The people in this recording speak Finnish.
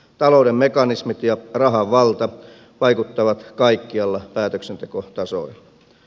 talouden mekanismit ja rahan valta vaikuttavat kaikilla päätöksentekotasoilla